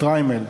שטריימל.